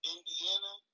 Indiana